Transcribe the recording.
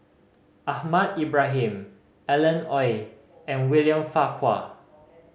Ahmad Ibrahim Alan Oei and William Farquhar